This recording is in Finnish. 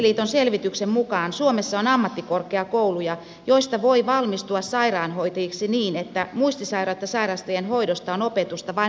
muistiliiton selvityksen mukaan suomessa on ammattikorkeakouluja joista voi valmistua sairaanhoitajiksi niin että muistisairautta sairastavien hoidosta on opetusta vain muutamia tunteja